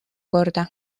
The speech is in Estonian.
korda